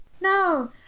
no